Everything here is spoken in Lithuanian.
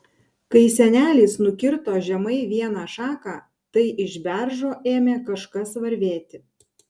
kai senelis nukirto žemai vieną šaką tai iš beržo ėmė kažkas varvėti